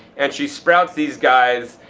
and she sprouts these guys.